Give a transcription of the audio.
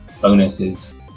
bonuses